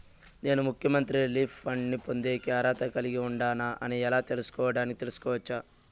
నేను ముఖ్యమంత్రి relief fund పొందేకి అర్హత కలిగి ఉండానా అని ఎలా తెలుసుకోవడానికి తెలుసుకోవచ్చు